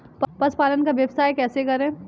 पशुपालन का व्यवसाय कैसे करें?